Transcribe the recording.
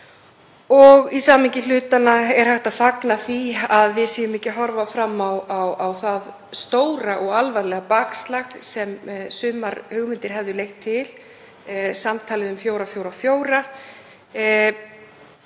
og í samhengi hlutanna er hægt að fagna því að við séum ekki að horfa fram á það stóra og alvarlega bakslag sem sumar hugmyndir hefðu leitt til, samtalið um fjóra,